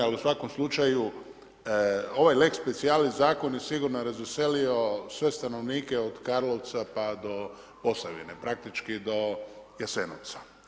Ali u svakom slučaju, ovaj lex specijlis zakon je sigurno razveselio sve stanovnike ovog Karlovca pa do Posavine, praktički do Jasenovca.